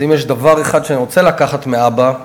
אם יש דבר אחד שאני רוצה לקחת מאבא,